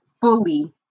fully